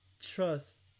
trust